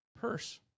purse